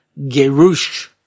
Gerush